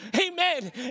amen